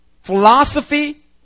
philosophy